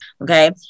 Okay